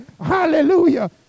Hallelujah